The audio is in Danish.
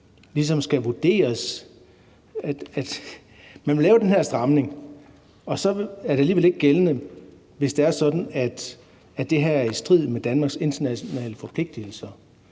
ligesom skal vurderes. Man vil lave den her stramning, og så er den alligevel ikke gældende, hvis det er sådan, at det her er i strid med Danmarks internationale forpligtigelser.